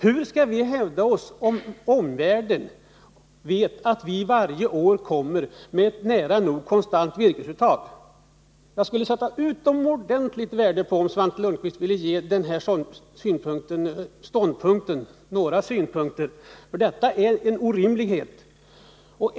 Hur skall vi hävda oss om omvärlden vet att vi varje år kommer med ett nära nog konstant virkesuttag? Jag skulle sätta utomordentligt stort värde på om Svante Lundkvist ville kommentera dessa synpunkter.